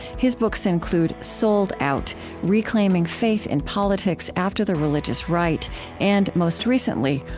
his books include souled out reclaiming faith and politics after the religious right and most recently,